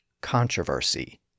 controversy